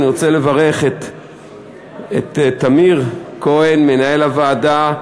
אני רוצה לברך את טמיר כהן, מנהל הוועדה,